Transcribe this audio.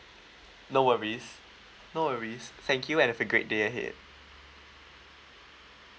no worries no worries thank you and have a great day ahead